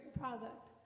product